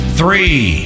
three